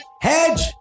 hedge